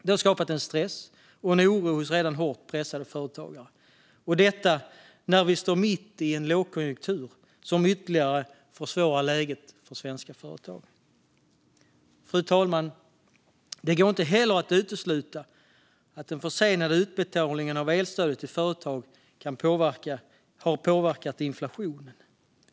Det har skapat stress och oro hos redan hårt pressade företagare när vi står mitt i en lågkonjunktur som ytterligare försvårar läget för svenska företag. Fru talman! Det går inte heller att utesluta att den försenade utbetalningen av elstödet till företag har påverkat inflationen.